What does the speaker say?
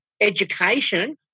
education